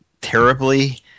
terribly